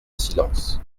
silence